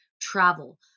travel